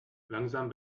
langsam